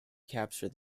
capture